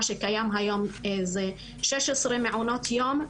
מה שקיים היום זה שש עשרה מעונות יום.